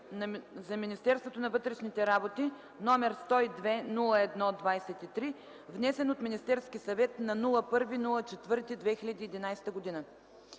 за Министерството на вътрешните работи, № 102-01-23, внесен от Министерския съвет на 1 април 2011 г.”